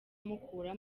mukura